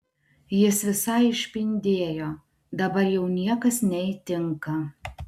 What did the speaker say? jis visai išpindėjo dabar jau niekas neįtinka